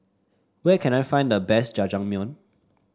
where can I find the best Jajangmyeon